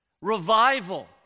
Revival